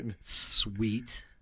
Sweet